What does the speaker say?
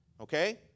okay